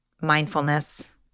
mindfulness